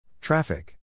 Traffic